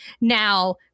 Now